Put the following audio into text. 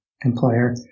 employer